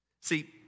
See